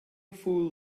fool